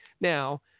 Now